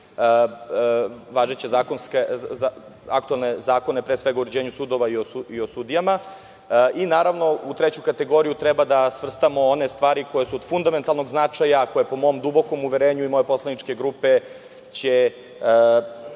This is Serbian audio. važeće zakone, pre svega o uređenju sudova i o sudijama. Naravno, u treću kategoriju treba da svrstamo one stvari koje su od fundamentalnog značaja, a koje će po mom dubokom uverenju i moje poslaničke grupe